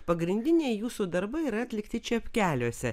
pagrindiniai jūsų darbai yra atlikti čepkeliuose